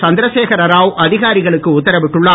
சந்திரசேகர ராவ் அதிகாரிகளுக்கு உத்தரவிட்டுள்ளார்